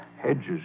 Hedges